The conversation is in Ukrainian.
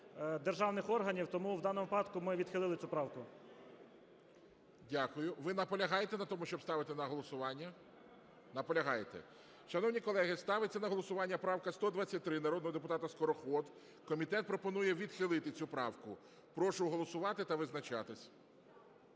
Дякую. Ви наполягаєте на тому, щоб ставити на голосування? Наполягаєте. Шановні колеги, ставиться на голосування правка 123 народного депутата Скороход. Комітет пропонує відхилити цю правку. Прошу голосувати та визначатись.